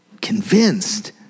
convinced